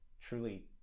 truly